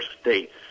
states